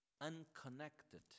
unconnected